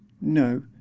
No